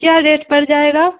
کیا ریٹ پڑ جائے گا